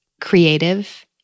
creative